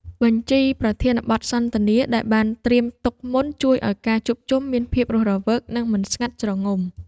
បញ្ជីប្រធានបទសន្ទនា ដែលបានត្រៀមទុកមុន ជួយឱ្យការជួបជុំមានភាពរស់រវើក និងមិនស្ងាត់ជ្រងំ។